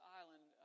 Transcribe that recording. island